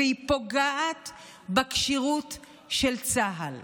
והיא פוגעת בכשירות של צה"ל.